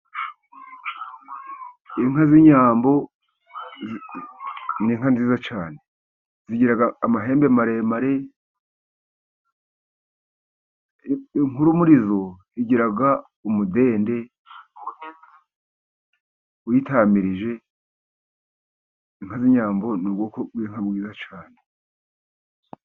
Inka z'inyambo ni inka nziza cyane, zigira amahembe maremare inkuru muri zo zigira umudende uzitamirije, inka z'inyambo ni ubwoko bw'inka bwiza cyane.